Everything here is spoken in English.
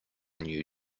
new